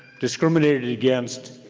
discriminated against,